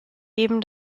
eben